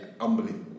unbelievable